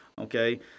okay